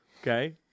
Okay